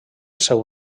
seu